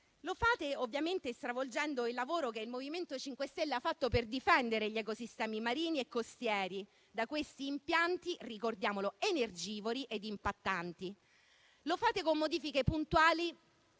Lo fate ovviamente stravolgendo il lavoro che il MoVimento 5 Stelle ha fatto per difendere gli ecosistemi marini e costieri da questi impianti - ricordiamolo - energivori ed impattanti. Lo fate con modifiche puntuali